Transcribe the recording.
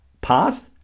path